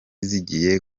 zigiye